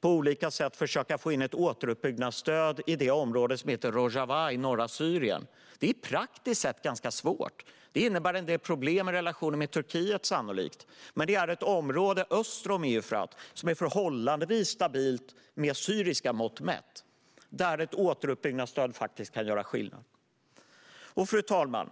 på olika sätt försöka få in ett återuppbyggnadsstöd i det område i norra Syrien som heter Rojava. Det är praktiskt sett ganska svårt. Det innebär sannolikt en del problem i relationen med Turkiet. Det är ett område öster om Eufrat som är förhållandevis stabilt med syriska mått mätt. Där kan ett återuppbyggnadsstöd faktiskt göra skillnad. Fru talman!